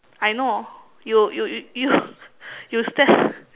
I know you you you you you stand